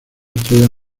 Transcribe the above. estrellas